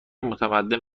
متمدن